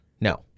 No